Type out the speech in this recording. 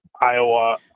iowa